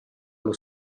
allo